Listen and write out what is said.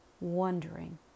wondering